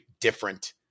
different